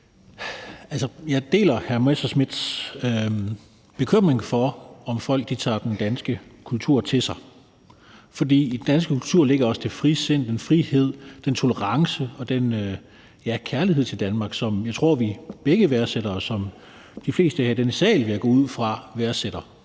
Jeg deler hr. Morten Messerschmidts bekymring for, om folk tager den danske kultur til sig. For i den danske kultur ligger også det frisind, den frihed, den tolerance og ja, den kærlighed til Danmark, som jeg tror at vi begge værdsætter, og som jeg vil gå ud fra at de